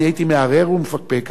אני הייתי מערב ומפקפק,